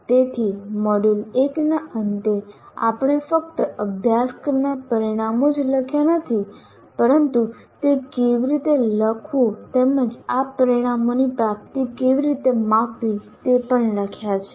તેથી મોડ્યુલ1 ના અંતે આપણે ફક્ત અભ્યાસક્રમના પરિણામો જ લખ્યા નથી પરંતુ તે કેવી રીતે લખવું તેમજ આ પરિણામોની પ્રાપ્તિ કેવી રીતે માપવી તે પણ લખ્યા છે